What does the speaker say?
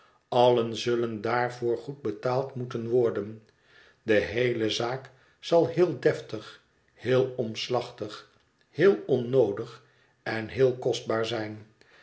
allen zullen daarvoor goed betaald moeten worden de heele zaak zal heel deftig heel omslachtig heel onnoodig en heel kostbaar zijn